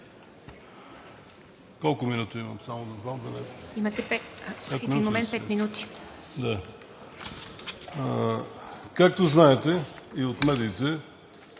Както знаете и от медиите,